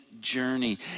Journey